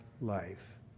life